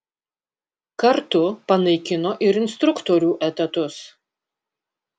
kartu panaikino ir instruktorių etatus